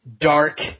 Dark